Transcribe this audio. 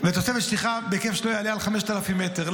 ותוספת של שטחי בנייה בהיקף שלא יעלה על 5,000 מטר.